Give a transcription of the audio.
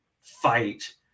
fight